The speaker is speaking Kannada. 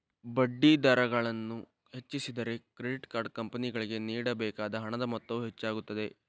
ಬಡ್ಡಿದರಗಳನ್ನು ಹೆಚ್ಚಿಸಿದರೆ, ಕ್ರೆಡಿಟ್ ಕಾರ್ಡ್ ಕಂಪನಿಗಳಿಗೆ ನೇಡಬೇಕಾದ ಹಣದ ಮೊತ್ತವು ಹೆಚ್ಚಾಗುತ್ತದೆ